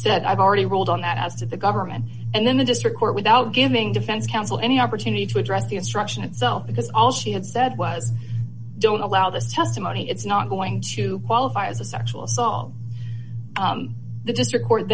said i've already ruled on that as to the government and then the district court without giving defense counsel any opportunity to address the instruction itself because all she had said was don't allow this testimony it's not going to qualify as a sexual assault the district court